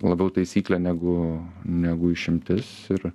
labiau taisyklė negu negu išimtis ir